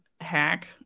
hack